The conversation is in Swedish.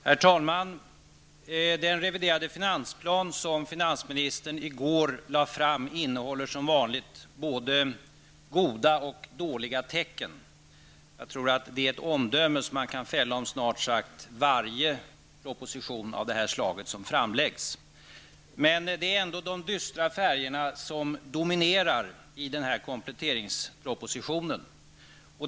Herr talman! Den reviderade finansplan som finansministern i går lade fram innehåller som vanligt både goda och dåliga tecken. Jag tror att det är ett omdöme som man kan fälla om snart sagt varje proposition av det här slaget som framläggs. Men det är ändå de dystra färgerna som dominerar i den här kompletteringspropositionen.